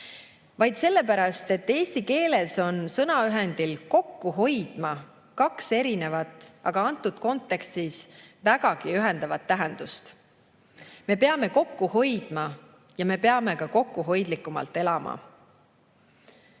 vaid sellepärast, et eesti keeles on sõnaühendil "kokku hoidma" kaks erinevat, aga antud kontekstis vägagi ühendavat tähendust: me peame kokku hoidma ja me peame ka kokkuhoidlikumalt elama.